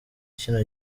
kino